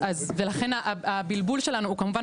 ולכן הבלבול שלנו הוא כמובן,